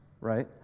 right